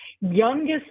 youngest